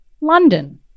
London